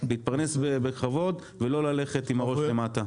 להתפרנס בכבוד ולא ללכת עם הראש למטה.